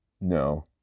No